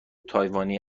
تایوانی